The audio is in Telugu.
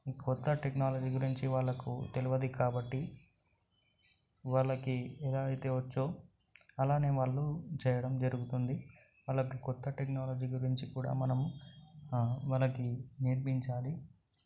క్రొత్త టెక్నాలజీ గురించి వాళ్ళకు తెలియదు కాబట్టి వాళ్ళకు ఎలా అయితే వచ్చో అలానే వాళ్ళు చేయడం జరుగుతుంది వాళ్ళకి క్రొత్త టెక్నాలజీ గురించి కూడా మనం వాళ్లకి నేర్పించాలి